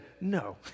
no